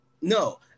No